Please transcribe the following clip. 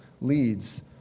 leads